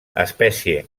espècie